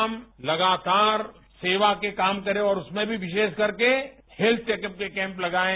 हम लगातार सेवा के काम करें और उसमें भी विशेष करके हेल्थ चेकअप के कैंप लगाएं